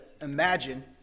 imagine